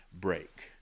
break